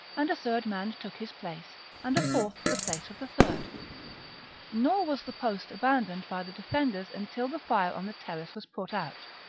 and a third man took his place, and a fourth the place of the third nor was the post abandoned by the defenders until the fire on the terrace was put out,